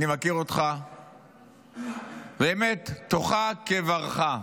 אני מכיר אותך, באמת, תוכך כברך.